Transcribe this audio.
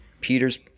Peter's